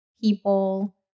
people